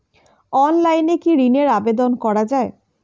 অনলাইনে কি ঋণের আবেদন করা যায়?